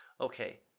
Okay